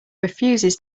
refuses